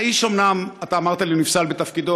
האיש אומנם, אתה אמרת לי, נפסל בתפקידו.